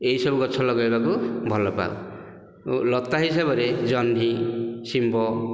ଏହିସବୁ ଗଛ ଲଗାଇବାକୁ ଭଲପାଉ ଲତା ହିସାବରେ ଜହ୍ନି ଶିମ୍ବ